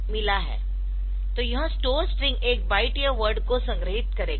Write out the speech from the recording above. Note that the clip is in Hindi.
तो यह स्टोर स्ट्रिंग एक बाइट या वर्ड को संग्रहीत करेगा